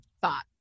thought